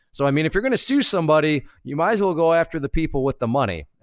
so i mean, if you're gonna sue somebody, you might as well go after the people with the money.